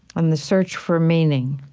and the search for meaning